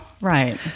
Right